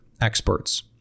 experts